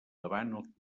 davant